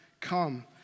come